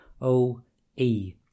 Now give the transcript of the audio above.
O-E